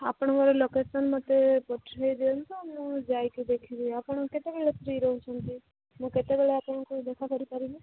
ଆପଣଙ୍କର ଲୋକେସନ୍ ମୋତେ ପଠାଇ ଦିଅନ୍ତୁ ମୁଁ ଯାଇକି ଦେଖିବି ଆପଣ କେତେବେଳେ ଫ୍ରି ରହୁଛନ୍ତି ମୁଁ କେତେବେଳେ ଆପଣଙ୍କୁ ଦେଖା କରି ପାରିବି